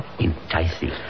Enticing